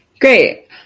Great